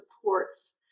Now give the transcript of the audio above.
supports